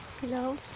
Hello